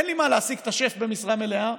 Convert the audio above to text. אין לי מה להעסיק את השף במשרה מלאה.